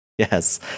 Yes